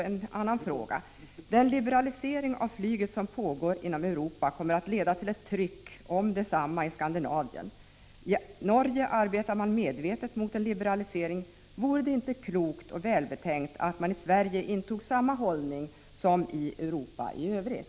En annan fråga gäller den liberalisering av flyget som pågår i Europa. Den kommer att leda till ett tryck mot liberalisering även i Skandinavien, och i Norge arbetar man medvetet för en liberalisering. Vore det inte klokt och välbetänkt om vi i Sverige intog samma hållning som man gör i Europa i övrigt?